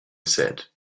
said